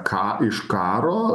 ką iš karo